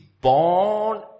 born